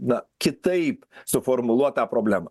na kitaip suformuluot tą problemą